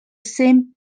same